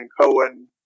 Cohen